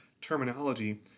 terminology